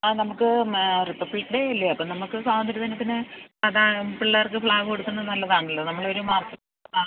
ആ നമുക്ക് Republic Day അല്ലേ അപ്പോള് നമുക്ക് സ്വാതന്ത്ര്യദിനത്തിനു പിള്ളാർക്ക് ഫ്ലാഗ് കൊടുക്കുന്നതു നല്ലതാണല്ലോ നമ്മളൊരു